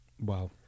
Wow